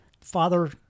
Father